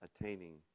attaining